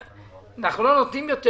שאנחנו לא נותנים יותר